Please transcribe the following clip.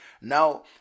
Now